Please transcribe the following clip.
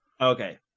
Okay